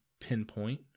pinpoint